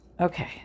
Okay